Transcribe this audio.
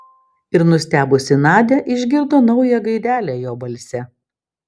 ir nustebusi nadia išgirdo naują gaidelę jo balse